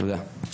תודה.